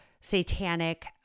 satanic